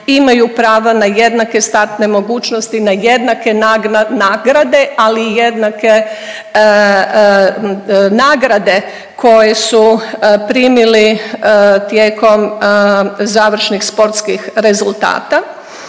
imaju pravo na jednake startne mogućnosti, na jednake nagrade ali i jednake nagrade koje su primili tijekom završnih sportskih rezultata.